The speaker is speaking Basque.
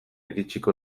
iritsiko